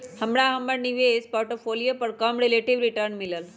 हमरा हमर निवेश पोर्टफोलियो पर कम रिलेटिव रिटर्न मिलल